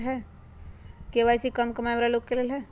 KYC का कम कमाये वाला लोग के लेल है?